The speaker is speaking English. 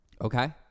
Okay